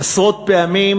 עשרות פעמים,